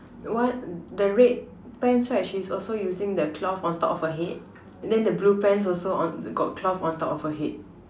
one the red pants right she's also using the cloth on top of her head and then the blue pants also on got cloth on top of her head